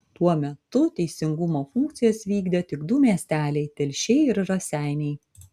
tuo metu teisingumo funkcijas vykdė tik du miesteliai telšiai ir raseiniai